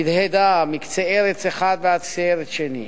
הדהדה מקצה ארץ אחד ועד קצה ארץ שני.